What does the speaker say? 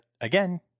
again